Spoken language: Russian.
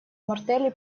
мартелли